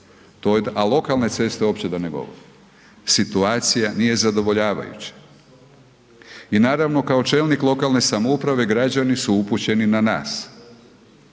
a lokalne ceste uopće da ne govorim. Situacija nije zadovoljavajuća. I naravno kao čelnik lokalne samouprave, građani su upućeni na nas,